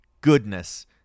goodness